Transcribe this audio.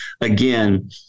again